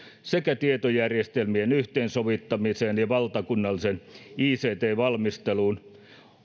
sekä tietojärjestelmien yhteensovittamiseen ja valtakunnalliseen ict valmisteluun